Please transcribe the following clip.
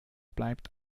bleibt